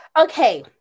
Okay